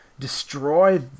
destroy